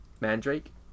mandrake